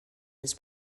his